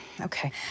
Okay